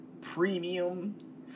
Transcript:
Premium